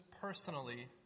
personally